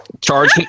Charge